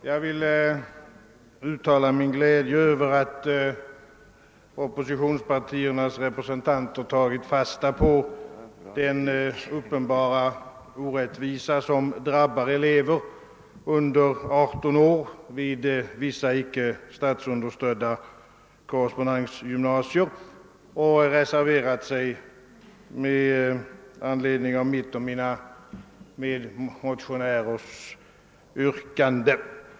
Jag vill uttala min glädje över att oppositionspartiernas representanter har uppmärksammat den uppenbara orättvisa, som drabbar elever under 18 år vid vissa icke statsunderstödda korrespondensgymnasier, och reserverat sig med anledning av mitt och mina medmotionärers yrkande.